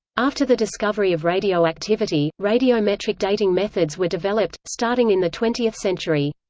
after the discovery of radioactivity, radiometric dating methods were developed, starting in the twentieth century.